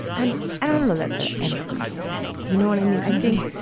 and i don't know that that ever goes away. you know what i mean? i think,